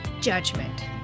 judgment